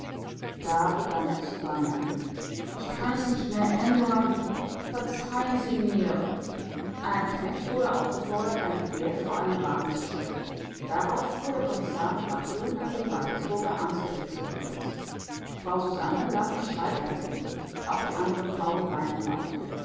da begann er zu weinen ich kann es nicht mehr ändern verzeihen sie mir ein knecht wurde aufgefordert ein pferd vor einen wagen zu schirren darauf fuhr der kommissar mit barthel nach dem waltersburger amtsgerichtsgefängnis frau susanne lag in schreikrämpfen auch die anderen frauen weinten laut